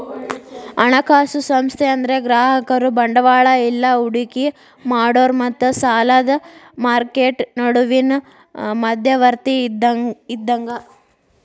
ಹಣಕಾಸು ಸಂಸ್ಥೆ ಅಂದ್ರ ಗ್ರಾಹಕರು ಬಂಡವಾಳ ಇಲ್ಲಾ ಹೂಡಿಕಿ ಮಾಡೋರ್ ಮತ್ತ ಸಾಲದ್ ಮಾರ್ಕೆಟ್ ನಡುವಿನ್ ಮಧ್ಯವರ್ತಿ ಇದ್ದಂಗ